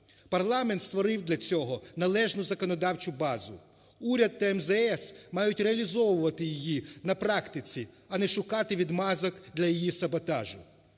Парламент створив для цього належну законодавчу базу. Уряд та МЗС мають реалізовувати її на практиці, а не шукати відмазок для її саботажу.